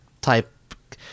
type